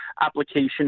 application